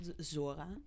Zora